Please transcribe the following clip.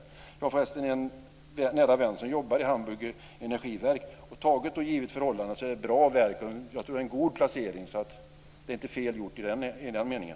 Jag har förresten en nära vän som jobbar i Hamburgs energiverk. Givet förhållandena är det ett bra verk. Jag tror att det är en god placering, så det är inte fel gjort i den meningen.